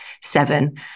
seven